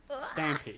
Stampy